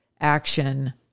action